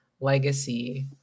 legacy